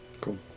Cool